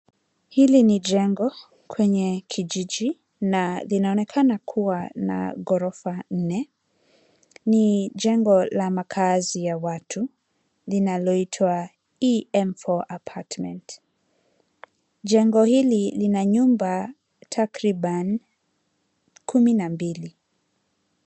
Hili ni jengo kwenye kijiji na linaonekana kuwa na ghorofa nne. Ni jengo la makaazi ya watu linaloitwa EM4 apartment . Jengo hili lina nyumba takriban kumi na mbili.